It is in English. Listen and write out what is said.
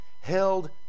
held